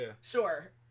sure